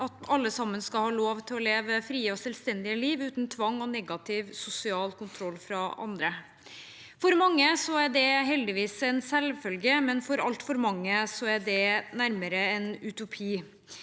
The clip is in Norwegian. at alle sammen skal ha lov til å leve et fritt og selvstendig liv uten tvang og negativ sosial kontroll fra andre. For mange er det heldigvis en selvfølge, men for altfor mange er det nærmere en utopi.